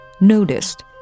noticed